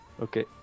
Okay